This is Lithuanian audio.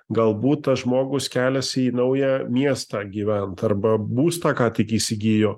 galbūt tas žmogus keliasi į naują miestą gyvent arba būstą ką tik įsigijo